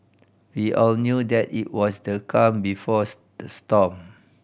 we all knew that it was the calm before storm